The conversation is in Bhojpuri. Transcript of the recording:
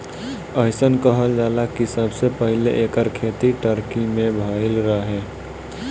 अइसन कहल जाला कि सबसे पहिले एकर खेती टर्की में भइल रहे